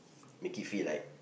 make it feel like